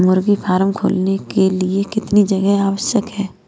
मुर्गी फार्म खोलने के लिए कितनी जगह होनी आवश्यक है?